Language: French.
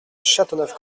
châteauneuf